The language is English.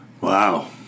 Wow